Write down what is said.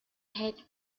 had